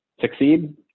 succeed